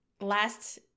last